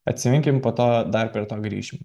atsiminkim po to dar prie to grįšim